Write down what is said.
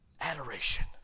Adoration